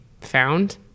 found